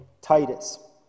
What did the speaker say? Titus